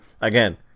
again